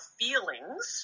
feelings